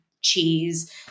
cheese